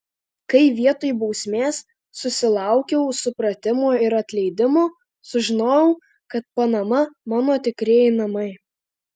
kai vietoj bausmės susilaukiau supratimo ir atleidimo sužinojau kad panama mano tikrieji namai